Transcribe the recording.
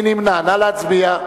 נא להצביע.